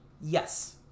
Yes